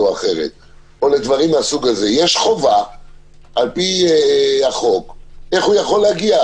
יש חובה לפי החוק איך הוא יכול להגיע.